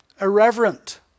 irreverent